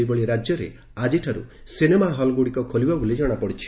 ସେହିଭଳି ରାଜ୍ୟରେ ଆଜିଠାରୁ ସିନେମା ହଲ୍ଗ୍ରଡିକ ଖୋଲିବ ବୋଲି ଜଶାପଡିଛି